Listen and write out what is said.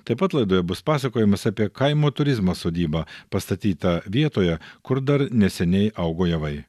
taip pat laidoje bus pasakojimas apie kaimo turizmo sodybą pastatytą vietoje kur dar neseniai augo javai